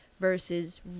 versus